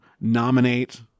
nominate